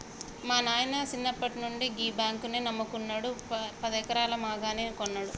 మా నాయిన సిన్నప్పట్నుండి గీ బాంకునే నమ్ముకున్నడు, పదెకరాల మాగాని గొన్నడు